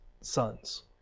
sons